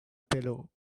pillow